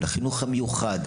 על חינוך המיוחד.